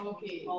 Okay